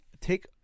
take